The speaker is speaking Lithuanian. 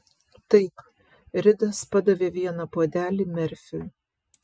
taip ridas padavė vieną puodelį merfiui